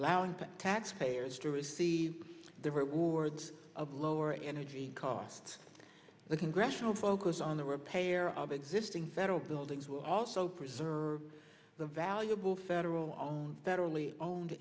allowing taxpayers to receive the rewards of lower energy costs the congressional focus on the repair of existing federal buildings will also preserve the valuable federal own